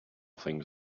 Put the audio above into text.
things